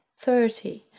thirty